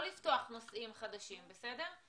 אני